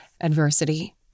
adversity